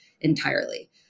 entirely